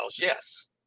yes